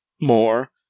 more